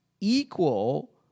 equal